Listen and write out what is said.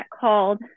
called